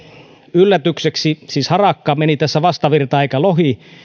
yllätykseksi siis harakka meni tässä vastavirtaan eikä lohi